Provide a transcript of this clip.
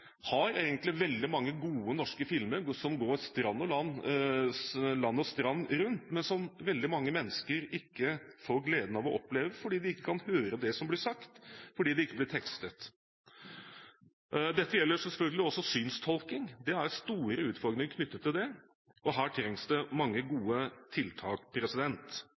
vi egentlig har veldig mange gode norske filmer som går land og strand rundt, men som veldig mange mennesker ikke får gleden av å oppleve fordi de ikke kan høre det som blir sagt, og fordi det ikke blir tekstet. Dette gjelder selvfølgelig også synstolking. Det er store utfordringer knyttet til det, og her trengs det mange gode tiltak.